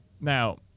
Now